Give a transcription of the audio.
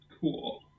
Cool